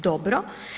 Dobro.